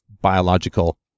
biological